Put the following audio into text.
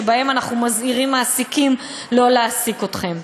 שבהם אנחנו מזהירים מעסיקים לא להעסיק אתכם.